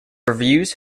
reviews